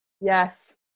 Yes